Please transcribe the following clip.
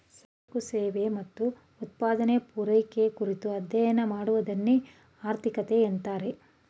ಸರಕು ಸೇವೆ ಮತ್ತು ಉತ್ಪಾದನೆ, ಪೂರೈಕೆ ಕುರಿತು ಅಧ್ಯಯನ ಮಾಡುವದನ್ನೆ ಆರ್ಥಿಕತೆ ಅಂತಾರೆ